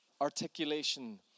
articulation